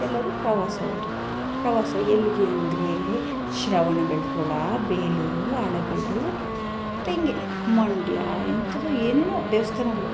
ಎಲ್ಲರೂ ಪ್ರವಾಸ ಹೋದ್ವು ಪ್ರವಾಸ ಎಲ್ಲಿಗೆ ಅಂದರೆ ಶ್ರವಣ ಬೆಳಗೊಳ ಬೇಲೂರು ಹಳೇಬೀಡು ತೆಂಗೆ ಮಂಡ್ಯ ಇಂಥದೋ ಏನೇನೋ ದೇವಸ್ಥಾನಗಳು